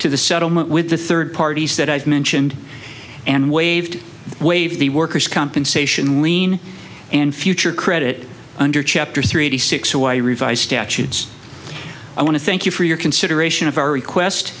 to the settlement with the third parties that i've mentioned and waived waive the workers compensation lien and future credit under chapter three eighty six so i revised statutes i want to thank you for your consideration of our request